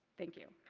thank you.